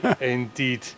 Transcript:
indeed